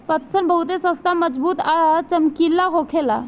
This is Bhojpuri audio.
पटसन बहुते सस्ता मजबूत आ चमकीला होखेला